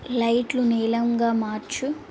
లైట్లు నీలంగా మార్చు